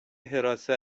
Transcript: حراست